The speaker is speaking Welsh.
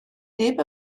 neb